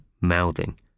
mouthing